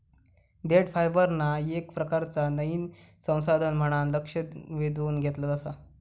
देठ फायबरना येक प्रकारचा नयीन संसाधन म्हणान लक्ष वेधून घेतला आसा